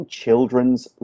children's